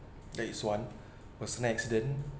that is one personal accident